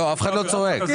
אף אחד לא צוחק.